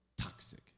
toxic